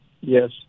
Yes